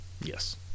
Yes